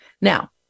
Now